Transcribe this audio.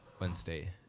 Wednesday